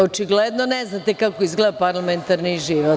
Očigledno ne znate kako izgleda parlamentarni život.